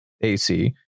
AC